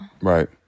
Right